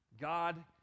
God